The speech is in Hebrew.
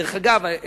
דרך אגב,